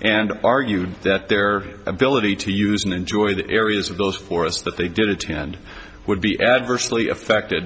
and argued that their ability to use and enjoy the areas of those forests that they did attend would be adversely affected